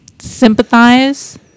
sympathize